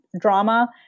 drama